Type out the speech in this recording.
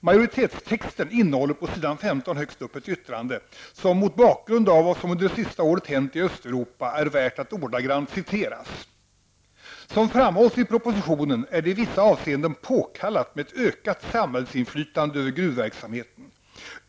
Majoritetstexten innehåller på s. 15 högst upp ett yttrande, som mot bakgrund av vad som under det senaste året hänt i Östeuropa är värt att ordagrant citeras: ''Som framhålls i propositionen är det i vissa avseenden påkallat med ett ökat samhällsinflytande över gruvverksamheten.